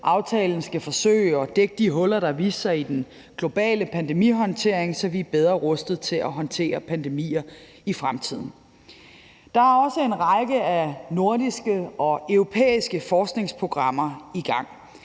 Aftalen skal forsøge at dække de huller, der viste sig i den globale pandemihåndtering, så vi er bedre rustet til at håndtere pandemier i fremtiden. Der er også en række af nordiske og europæiske forskningsprogrammer i gang.